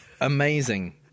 amazing